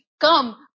come